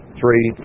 three